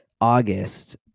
august